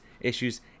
issues